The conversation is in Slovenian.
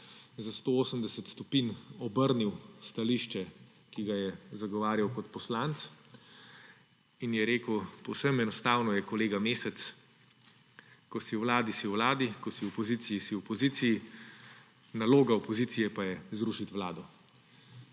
za 180 stopinj obrnil stališče, ki ga je zagovarjal kot poslanec. In je rekel: »Povsem enostavno je, kolega Mesec; ko si v vladi, si v vladi, ko si v opoziciji si v opoziciji, naloga opozicije pa je zrušiti vlado.«